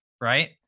right